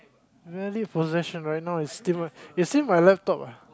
valued possession right now it's still it's still my laptop ah